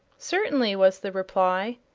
certainly, was the reply.